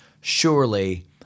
surely